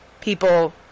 People